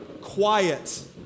Quiet